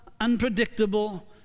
unpredictable